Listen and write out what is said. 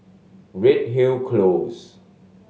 Redhill Close